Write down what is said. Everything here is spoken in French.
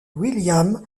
william